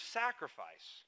sacrifice